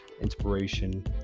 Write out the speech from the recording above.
inspiration